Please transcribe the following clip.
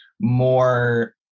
more